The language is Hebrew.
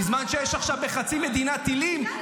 בזמן שיש עכשיו בחצי מדינה טילים,